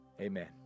amen